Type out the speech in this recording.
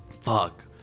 Fuck